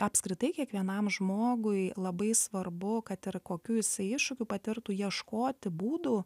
apskritai kiekvienam žmogui labai svarbu kad ir kokių jisai iššūkių patirtų ieškoti būdų